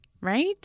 Right